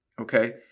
Okay